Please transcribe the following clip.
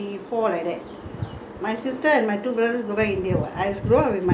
ya when I was about how many years old nine years old when I'm primary four like that